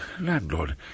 Landlord